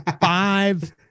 five